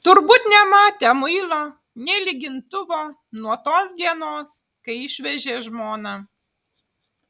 turbūt nematę muilo nė lygintuvo nuo tos dienos kai išvežė žmoną